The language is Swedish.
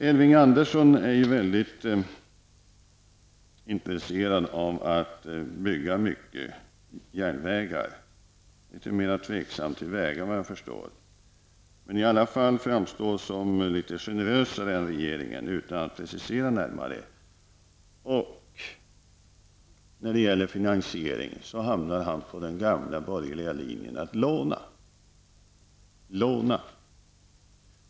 Elving Andersson är mycket intresserad av att bygga mycket järnvägar. Såvitt jag förstår är han litet mer tveksam till vägar. Men han framstår i alla fall som litet mer generös än regeringen utan att närmare precisera sig. När det gäller finansieringen hamnar han på den gamla borgerliga linjerna att man skall låna.